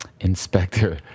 Inspector